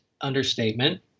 understatement